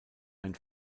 ein